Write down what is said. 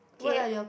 okay